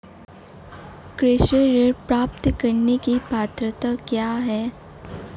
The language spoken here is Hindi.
कृषि ऋण प्राप्त करने की पात्रता क्या है?